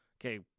okay